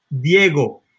Diego